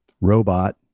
robot